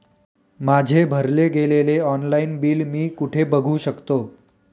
माझे भरले गेलेले ऑनलाईन बिल मी कुठे बघू शकतो?